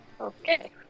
Okay